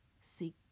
seek